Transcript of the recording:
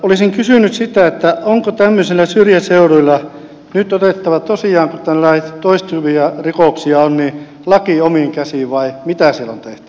olisin kysynyt sitä onko syrjäseuduilla nyt otettava tosiaankin kun tällaisia toistuvia rikoksia on laki omiin käsiin vai mitä siellä on tehtävä